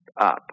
up